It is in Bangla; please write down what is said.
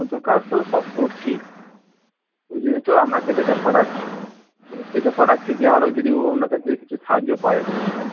কাজ তো সব করছি ওই জন্যই তো আপনাকে ডেকে ডেকে পাঠাচ্ছি যে আরও যদি অন্য কিছু সাহায্য পাই উন্নয়নে